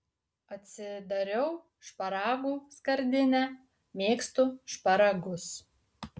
atsidariau šparagų skardinę mėgstu šparagus